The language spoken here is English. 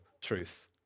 truth